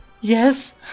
Yes